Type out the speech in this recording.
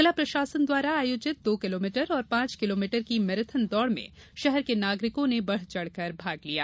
जिला प्रशासन द्वारा आयोजित दो किलोमीटर और पांच किलोमीटर की मैराथन दौड़ में शहर के नागरिको ने बढ़ चढ़कर भाग लिया